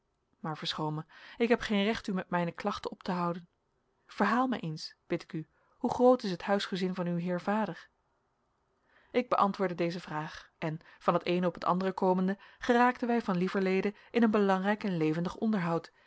maar verschoon mij ik heb geen recht u met mijne klachten op te houden verhaal mij eens bid ik u hoe groot is het huisgezin van uw heer vader ik beantwoordde deze vraag en van het eene op het andere komende geraakten wij van lieverlede in een belangrijk en levendig onderhoud